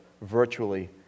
virtually